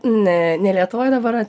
ne ne lietuvoj dabar